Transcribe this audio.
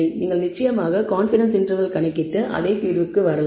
நீங்கள் நிச்சயமாக confidence interval கணக்கிட்டு அதே தீர்வுக்கு வரலாம்